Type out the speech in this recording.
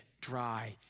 dry